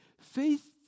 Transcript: faith